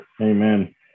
Amen